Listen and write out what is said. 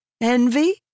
Envy